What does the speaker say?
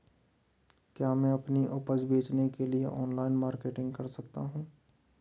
क्या मैं अपनी उपज बेचने के लिए ऑनलाइन मार्केटिंग कर सकता हूँ?